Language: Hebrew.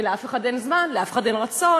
לאף אחד אין זמן, לאף אחד אין רצון.